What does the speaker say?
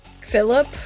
Philip